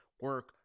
Work